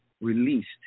released